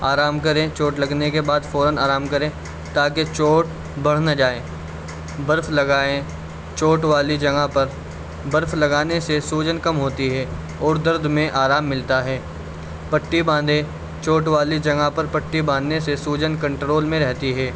آرام کریں چوٹ لگنے کے بعد فوراً آرام کریں تا کہ چوٹ بڑھ نہ جائے برف لگائیں چوٹ والی جگہ پر برف لگانے سے سوجن کم ہوتی ہے اور درد میں آرام ملتا ہے پٹّی باندھیں چوٹ والی جگہ پر پٹی باندھنے سے سوجن کنٹرول میں رہتی ہے